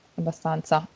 abbastanza